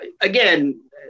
again